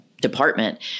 department